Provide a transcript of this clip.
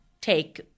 take